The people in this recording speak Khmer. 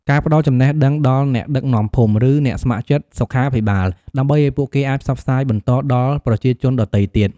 ការផ្ដល់ចំណេះដឹងដល់អ្នកដឹកនាំភូមិ ឬអ្នកស្ម័គ្រចិត្តសុខាភិបាល ដើម្បីឱ្យពួកគេអាចផ្សព្វផ្សាយបន្តដល់ប្រជាជនដទៃទៀត។